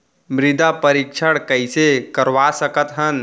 मृदा परीक्षण कइसे करवा सकत हन?